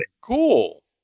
cool